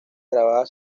grabadas